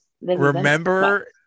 remember